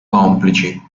complici